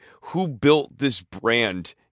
who-built-this-brand